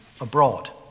abroad